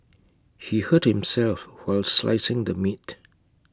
he hurt himself while slicing the meat